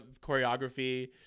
choreography